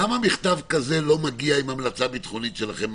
למה מכתב כזה לא מגיע עם המלצה ביטחונית שלכם?